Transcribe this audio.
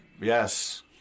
yes